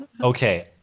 Okay